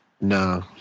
No